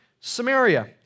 Samaria